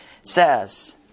says